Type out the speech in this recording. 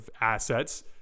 assets